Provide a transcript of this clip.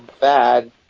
bad